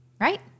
right